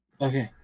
okay